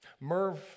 Merv